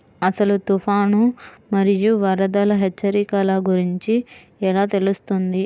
అసలు తుఫాను మరియు వరదల హెచ్చరికల గురించి ఎలా తెలుస్తుంది?